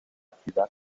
ciudad